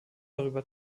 darüber